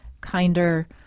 kinder